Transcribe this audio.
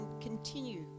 continue